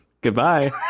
Goodbye